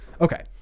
Okay